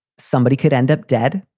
somebody could end up dead,